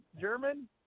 German